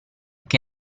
che